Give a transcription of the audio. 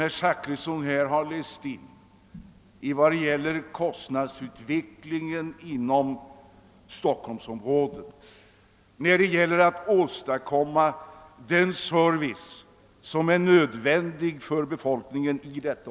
Herr Zachrisson redovisade i sitt anförande ett stort material i fråga om kostnadsutvecklingen inom Stockholmsområdet när det gäller att åstadkomma den nödvändiga servicen för befolkningen där.